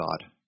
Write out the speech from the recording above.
God